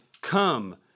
Come